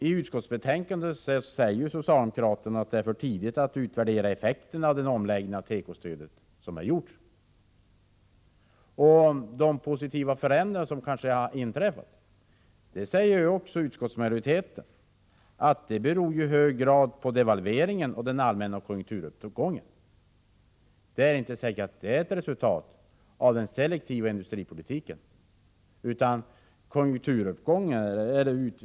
I utskottsbetänkandet säger socialdemokraterna att det är för tidigt att utvärdera effekterna av den omläggning av tekostödet som har gjorts. De positiva förändringar som kanske har inträffat — det säger utskottsmajoriteten också — beror i hög grad på devalveringen och den allmänna konjunkturuppgången. Det är inte säkert att de är ett resultat av den selektiva industripolitiken.